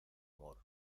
amor